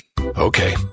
Okay